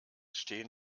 stehen